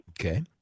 Okay